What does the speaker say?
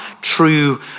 true